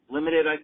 Limited